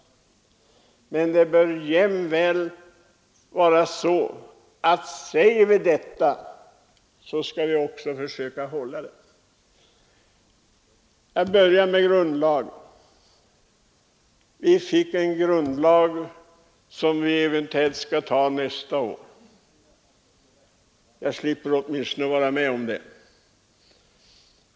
Men det bör jämväl vara så, att säger vi detta skall vi också försöka handla därefter. Jag talade inledningsvis om grundlagen. Vi har fått en grundlag som eventuellt skall slutgiltigt antas nästa år. Jag slipper åtminstone vara med om det.